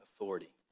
authority